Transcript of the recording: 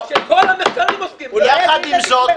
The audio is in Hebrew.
כשכל המחקרים עוסקים --- יחד עם זאת,